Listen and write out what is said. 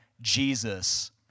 Jesus